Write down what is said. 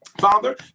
Father